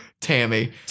Tammy